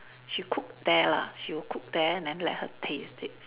she cook there lah she'll cook there then let her taste it